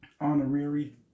honorary